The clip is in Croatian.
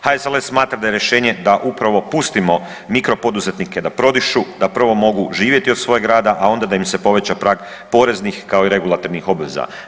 HSLS smatra da je rješenje da upravo pustimo mikropoduzetnike da prodišu, da prvo mogu živjeti od svog rada, a onda da im se poveća prag poreznih kao i regulatornih obveza.